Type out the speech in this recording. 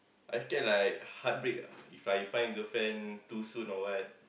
I scared like heartbreak ah If I find girlfriend too soon or what